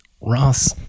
Ross